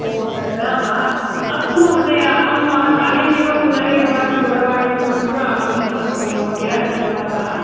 ओ तथा वा अस्तु महोदया अहं सायमेव पुनरेकवारं दूरवाणीं कृत्वा बुकिङ्ग् करोमि महोदय धन्यवादाः